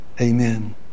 Amen